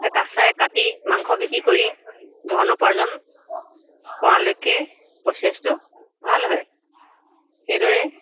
কাচাই কাটি মাংস বিক্ৰী কৰি ধন উপাৰ্জন কৰালৈকে প্ৰচেছটো ভাল হয় সেইদৰে